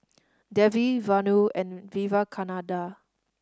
Devi Vanu and Vivekananda